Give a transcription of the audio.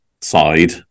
side